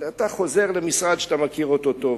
אתה חוזר למשרד שאתה מכיר אותו טוב.